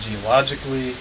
geologically